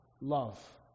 love